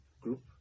group